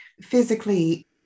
physically